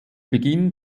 beginn